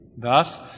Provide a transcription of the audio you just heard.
Thus